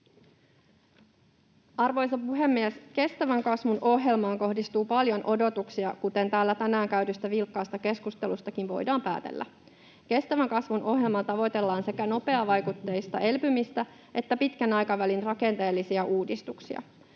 Arvoisa puhemies! Kestävän kasvun ohjelmaan kohdistuu paljon odotuksia, kuten täällä tänään käydystä vilkkaasta keskustelustakin voidaan päätellä. Kestävän kasvun ohjelmaan tavoitellaan sekä nopeavaikutteista elpymistä että pitkän aikavälin rakenteellisia uudistuksia.